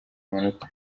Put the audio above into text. amanota